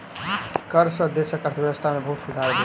कर सॅ देशक अर्थव्यवस्था में बहुत सुधार भेल